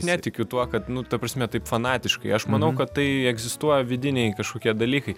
netikiu tuo kad nu ta prasme taip fanatiškai aš manau kad tai egzistuoja vidiniai kažkokie dalykai